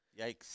Yikes